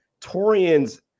Torian's